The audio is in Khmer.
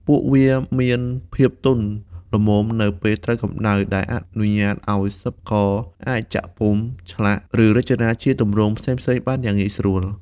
ពួកវាមានភាពទន់ល្មមនៅពេលត្រូវកម្ដៅ ដែលអនុញ្ញាតឲ្យសិប្បករអាចចាក់ពុម្ព ឆ្លាក់ ឬរចនាជាទម្រង់ផ្សេងៗបានយ៉ាងងាយស្រួល។